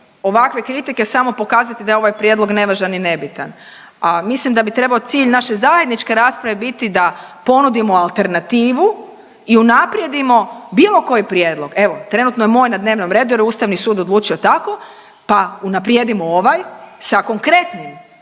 ovakve kritike samo pokazati da je ovaj prijedlog nevažan i nebitan. A mislim da bi trebao cilj naše zajedničke rasprave biti da ponudimo alternativu i unaprijedimo bilo koji prijedlog. Evo, trenutno je moj na dnevnom redu jer je Ustavni sud odlučio tako, pa unaprijedimo ovaj sa konkretnim,